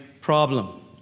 problem